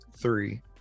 Three